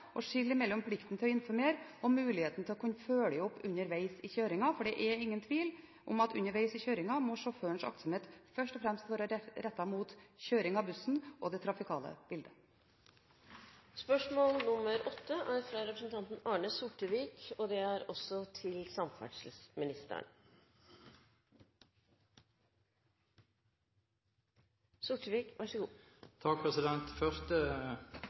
skille mellom plikten til å informere og muligheten til å kunne følge opp underveis i kjøringen, for det er ingen tvil om at underveis i kjøringen må sjåførens aktsomhet først og fremst være rettet mot kjøring av bussen og det trafikale bildet. Mitt første spørsmål til ny statsråd gir anledning til å gratulere og ønske lykke til. Så